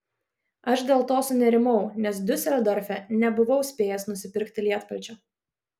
aš dėl to sunerimau nes diuseldorfe nebuvau spėjęs nusipirkti lietpalčio